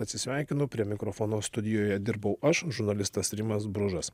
atsisveikinu prie mikrofono studijoje dirbau aš žurnalistas rimas bružas